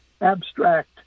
abstract